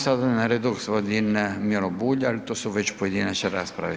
Sada je na redu gospodin Miro Bulj, ali to su već pojedinačne rasprave.